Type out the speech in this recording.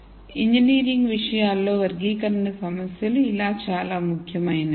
కాబట్టి ఇంజనీరింగ్ విషయాలలో వర్గీకరణ సమస్యలు ఇలా చాలా ముఖ్యమైనవి